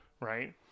Right